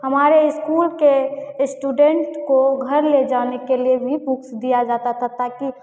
हमारे स्कूल के स्टूडेन्ट को घर ले जाने के लिए भी बुक्स दी जाती थी ताकि